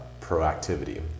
proactivity